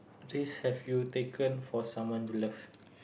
risk have you taken for someone you love